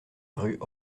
rue